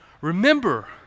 remember